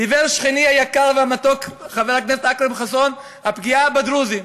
דיבר שכני היקר והמתוק חבר הכנסת אכרם חסון על הפגיעה בדרוזים.